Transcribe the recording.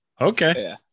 Okay